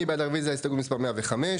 מי בעד רביזיה להסתייגות מספר 104?